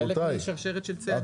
זה חלק משרשרת של צעדים.